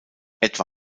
etwa